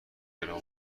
گران